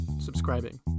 subscribing